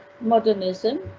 modernism